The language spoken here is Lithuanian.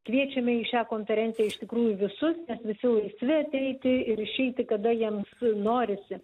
kviečiame į šią konferenciją iš tikrųjų visus visi laisvi ateiti ir išeiti kada jiems norisi